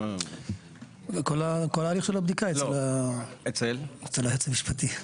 כל ההליך של הבדיקה אצל היועץ המשפטי.